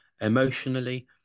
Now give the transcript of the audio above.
emotionally